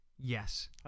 Yes